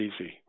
easy